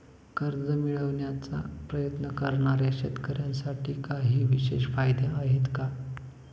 कर्ज मिळवण्याचा प्रयत्न करणाऱ्या शेतकऱ्यांसाठी काही विशेष फायदे आहेत का?